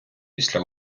після